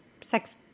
sex